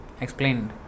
explained